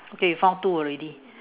okay you found two already